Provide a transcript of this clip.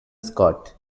scott